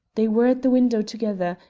they were at the window together,